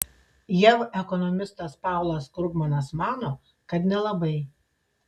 jav ekonomistas paulas krugmanas mano kad nelabai